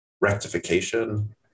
rectification